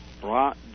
brought